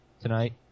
tonight